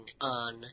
on